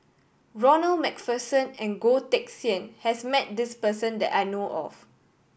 Ronald Macpherson and Goh Teck Sian has met this person that I know of